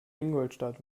ingolstadt